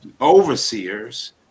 overseers